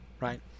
right